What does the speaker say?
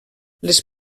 les